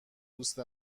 دوست